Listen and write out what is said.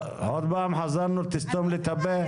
עוד פעם חזרנו ל"תסתום לי את הפה"?